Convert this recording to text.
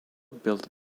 built